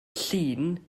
llun